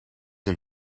een